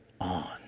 on